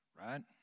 Right